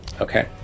Okay